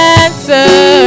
answer